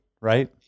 right